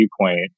viewpoint